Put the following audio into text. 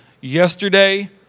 yesterday